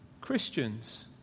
Christians